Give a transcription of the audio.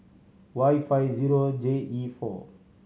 Y five zero J E four